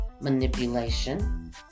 manipulation